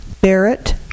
Barrett